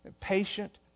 Patient